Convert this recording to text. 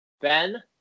ben